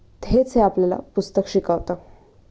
हेच हे आपल्याला पुस्तक शिकवतं